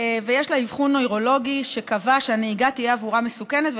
יש לה אבחון נוירולוגי שקבע שהנהיגה תהיה עבורה מסוכנת,